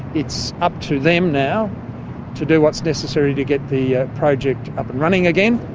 it's up to them now to do what's necessary to get the project up and running again.